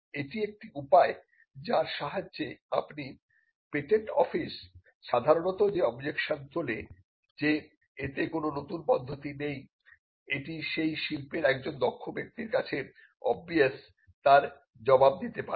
এটি একটি উপায় যার সাহায্যে আপনি পেটেন্ট অফিস সাধারণত যে অবজেকশন তোলে যে এতে কোন নতুন পদ্ধতি নেই এটি সেই শিল্পের একজন দক্ষ ব্যক্তির কাছে অবভিয়াস তার জবাব দিতে পারবেন